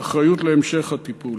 האחריות להמשך הטיפול.